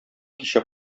кичә